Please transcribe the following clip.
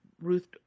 Ruth